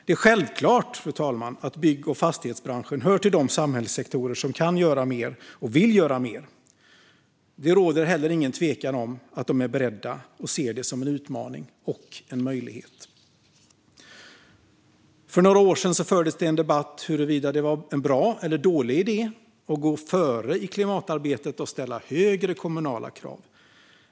Det är självklart, fru talman, att bygg och fastighetsbranschen hör till de samhällssektorer som kan göra mer och vill göra mer. Det råder inte heller någon tvekan om att de är beredda och ser det som en utmaning och en möjlighet. För några år sedan fördes en debatt om huruvida det var en bra eller dålig idé att gå före i klimatarbetet och ställa högre kommunala krav.